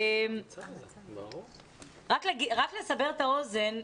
רק לסבר את האוזן,